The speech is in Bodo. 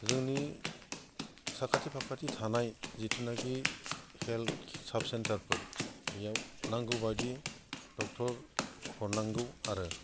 जोंनि साखाथि फाखाथि थानाय जिथुनाखि हेल्थ साबसेन्थारफोर बेयाव नांगौबायदि डक्थर हरनांगौ आरो